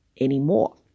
anymore